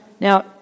Now